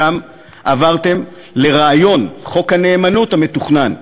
משם עברתם לרעיון חוק הנאמנות המתוכנן,